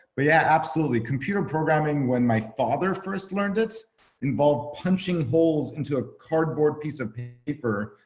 but yeah absolutely computer programming. when my father first learned, it involves punching holes into a cardboard piece of paper.